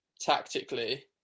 tactically